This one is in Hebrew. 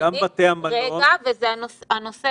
אגב, גם נושא